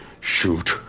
Shoot